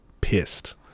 pissed